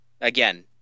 again